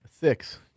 Six